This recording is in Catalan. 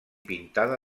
pintada